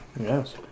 Yes